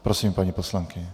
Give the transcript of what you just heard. Prosím, paní poslankyně.